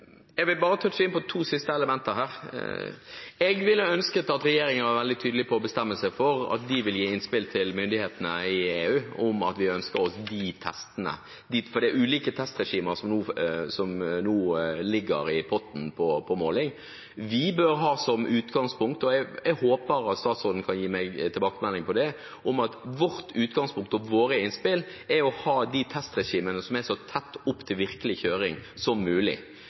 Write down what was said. Jeg vil bare touche inn på to elementer til sist. Jeg hadde ønsket at regjeringen var veldig tydelig på å bestemme seg for å gi innspill til myndighetene i EU om at vi ønsker oss de testene, for det er ulike testregimer som ligger i potten når det gjelder måling. Jeg håper at statsråden kan gi meg tilbakemelding på at vårt utgangspunkt og våre innspill er å ha de testregimene som er så tett opp til virkelig kjøring som mulig.